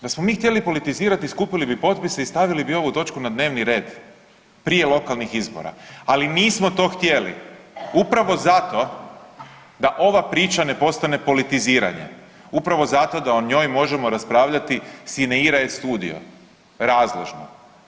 Da smo mi htjeli politizirati, skupili bi potpise i stavili bi ovu točku na dnevni red prije lokalnih izbora, ali nismo to htjeli upravo zato da ova priča ne postane politiziranje, upravo zato da o njoj možemo raspravljati sine ira et studio, razložno.